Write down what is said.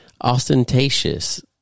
Ostentatious